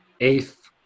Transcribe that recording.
eighth